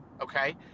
Okay